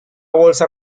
bolsa